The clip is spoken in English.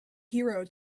hero